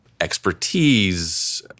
expertise